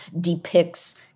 depicts